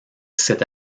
cet